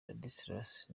ladislas